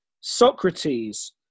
Socrates